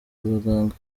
abaganga